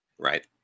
Right